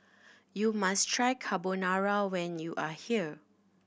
you must try Carbonara when you are here